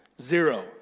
Zero